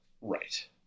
Right